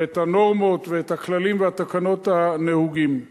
ואת הנורמות ואת הכללים והתקנות הנהוגים.